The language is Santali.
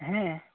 ᱦᱮᱸ